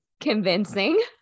convincing